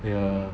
ya